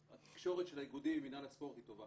אבל התקשורת של האיגודים עם מינהל הספורט היא טובה.